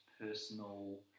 personal